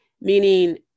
meaning